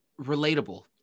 relatable